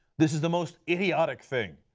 this is the most idiotic thing,